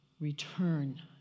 return